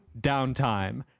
downtime